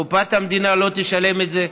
קופת המדינה לא תשלם את זה,